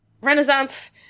Renaissance